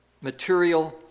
material